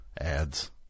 Ads